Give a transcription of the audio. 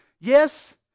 Yes